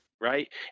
Right